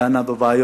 היא דנה בבעיות